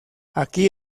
aquí